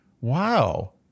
wow